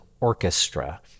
orchestra